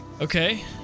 Okay